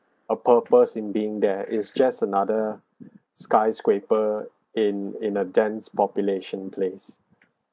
a purpose in being there is just another skyscraper in in a dense population place